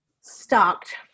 stocked